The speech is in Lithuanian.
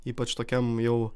ypač tokiam jau